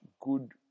good